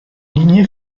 lignée